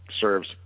serves